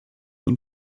und